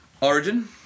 Origin